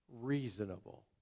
reasonable